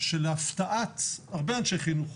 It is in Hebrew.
שלהפתעת הרבה אנשי חינוך,